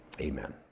Amen